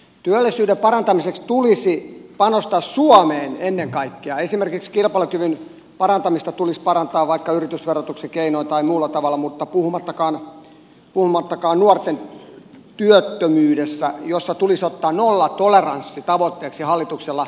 työllisyyden parantamiseksi tulisi panostaa ennen kaikkea suomeen esimerkiksi kilpailukykyä tulisi parantaa vaikka yritysverotuksen keinoin tai muulla tavalla puhumattakaan nuorten työttömyydestä jossa hallituksen tulisi ottaa nollatoleranssi tavoitteeksi